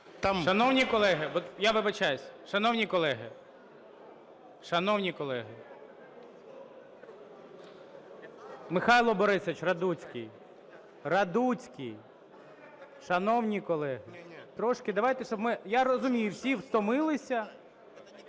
Шановні колеги, я вибачаюсь. Шановні колеги, шановні колеги! Михайло Борисович Радуцький. Радуцький, шановні колеги, трошки давайте, щоб ми... Я розумію, всі втомилися.